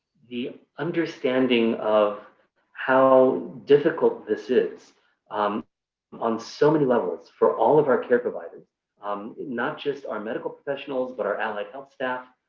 the understanding of how difficult this is um on so many levels for all of our care providers not just our medical professionals, but our allied health staff,